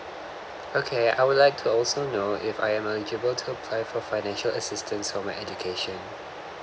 okay I would like to also know if I am eligible to apply for financial assistance for my education